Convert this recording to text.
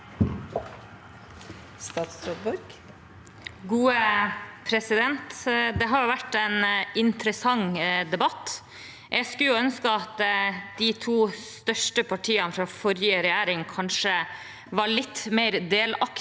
Sandra Borch Det har vært en interessant debatt. Jeg skulle ønske at de to største partiene fra forrige regjering kanskje var litt mer delaktige